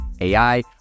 AI